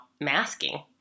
masking